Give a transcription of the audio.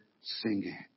singing